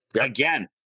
again